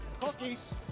Cookies